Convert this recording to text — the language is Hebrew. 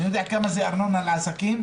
אני יודע כמה זה ארנונה לעסקים.